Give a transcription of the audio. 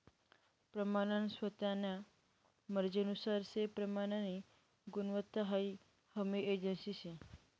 प्रमानन स्वतान्या मर्जीनुसार से प्रमाननी गुणवत्ता हाई हमी एजन्सी शे